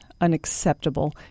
unacceptable